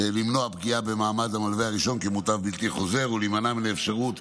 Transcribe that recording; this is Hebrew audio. למנוע פגיעה במעמד המלווה הראשון כמוטב בלתי חוזר ולהימנע מהאפשרות